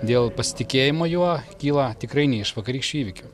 dėl pasitikėjimo juo kyla tikrai ne iš vakarykščių įvykių